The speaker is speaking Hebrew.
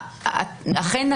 אכן,